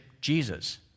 Jesus